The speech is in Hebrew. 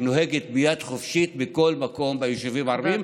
שנוהגת ביד חופשית בכל מקום ביישובים הערביים,